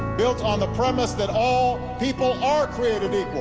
built on the premise that all people are created equal.